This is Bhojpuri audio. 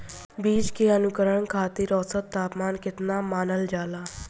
बीज के अंकुरण खातिर औसत तापमान केतना मानल जाला?